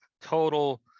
total